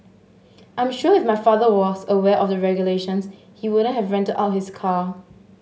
I'm sure if my father was aware of the regulations he wouldn't have rented out his car